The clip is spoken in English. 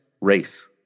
race